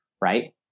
right